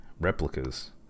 replicas